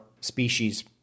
species